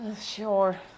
Sure